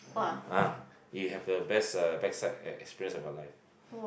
ah you have the best uh backside experience of your life